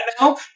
now